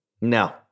No